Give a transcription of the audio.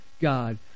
God